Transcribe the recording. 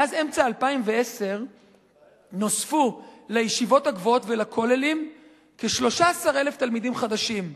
מאז אמצע 2010 נוספו לישיבות הגבוהות ולכוללים כ-13,000 תלמידים חדשים.